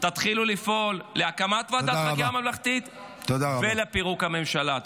תתחילו לפעול להקמת ועדת חקירה ממלכתית ולפירוק הממשלה.